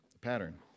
pattern